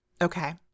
Okay